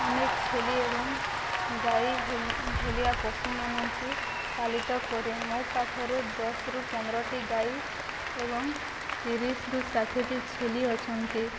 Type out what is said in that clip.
ଅନେକ ଛେଳି ଏବଂ ଗାଈ ଭଳିଆ ପଶୁମାନଙ୍କୁ ପାଳିତ କରେ ମୋ ପାଖରେ ଦଶରୁ ପନ୍ଦରଟି ଗାଈ ଏବଂ ତିରିଶିରୁ ଷାଠିଟି ଛେଳି ଅଛନ୍ତି